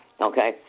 okay